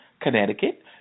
Connecticut